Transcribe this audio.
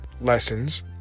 lessons